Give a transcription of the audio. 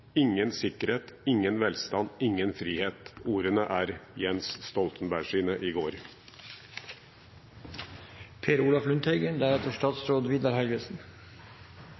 Ingen sikkerhet: ingen velstand, ingen frihet.» Ordene er Jens Stoltenbergs fra i går.